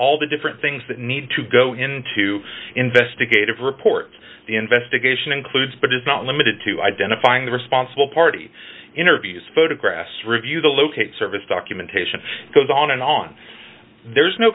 all the different things that need to go into investigative reports the investigation includes but is not limited to identifying the responsible party interviews photographs review the locate service documentation goes on and on there's no